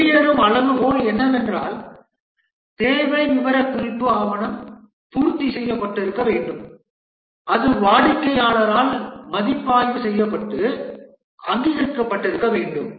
வெளியேறும் அளவுகோல் என்னவென்றால் தேவை விவரக்குறிப்பு ஆவணம் பூர்த்தி செய்யப்பட்டிருக்க வேண்டும் அது வாடிக்கையாளரால் மதிப்பாய்வு செய்யப்பட்டு அங்கீகரிக்கப்பட்டிருக்க வேண்டும்